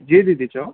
जी दीदी चओ